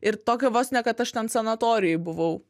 ir tokio vos ne kad aš ten sanatorijoj buvau